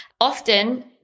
Often